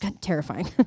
terrifying